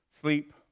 sleep